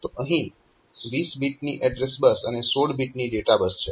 તો અહીં 20 બીટની એડ્રેસ બસ અને 16 બીટની ડેટા બસ છે